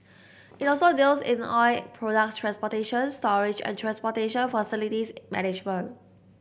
it also deals in oil products transportation storage and transportation facilities management